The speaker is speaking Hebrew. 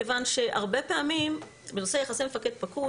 מכיוון שהרבה פעמים בנושאי יחסי מפקד-פקוד